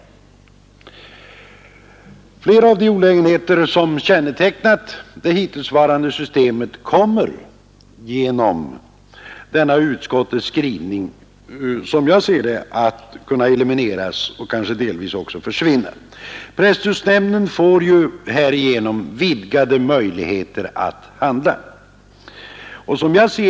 Flera av de olägenheter som kännetecknat det hittillsvarande systemet kommer nu, som jag ser det, genom utskottets skrivning att försvinna. Presstödsnämnden får nämligen vidgade möjligheter att handla.